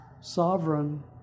sovereign